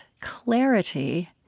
clarity